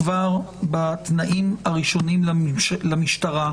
היא שכבר בתנאים הראשונים למשטרה,